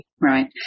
Right